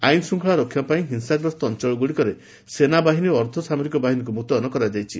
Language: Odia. ଆଇନ ଶୃଙ୍ଖଳା ରକ୍ଷା ପାଇଁ ହିଂସାଗ୍ରସ୍ତ ଅଞ୍ଚଳଗୁଡ଼ିକରେ ସେନାବାହିନୀ ଓ ଅର୍ଦ୍ଧସାମରିକ ବାହିନୀକୁ ମୁତୟନ କରାଯାଇଛି